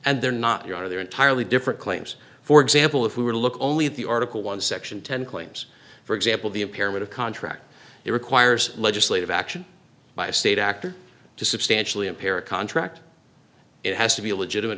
and they're not your honor they're entirely different claims for example if we were to look only at the article one section ten claims for example the impairment of contract it requires legislative action by a state actor to substantially impaired contract it has to be a legitimate